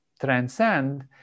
transcend